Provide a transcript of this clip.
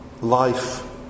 life